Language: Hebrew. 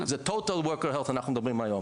זה Total work and health אנחנו מדברים היום.